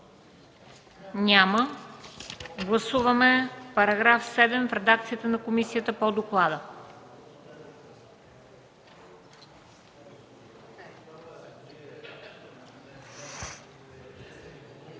Няма. Гласуваме новия § 7 в редакцията на комисията по доклада.